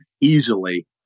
easily